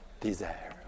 desire